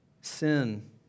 Sin